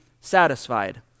satisfied